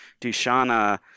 Dushana